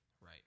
Right